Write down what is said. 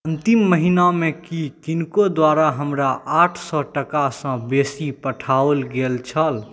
अन्तिम महिनामे की किनको द्वारा हमरा आठ सए टाकासँ बेसी पठाओल गेल छल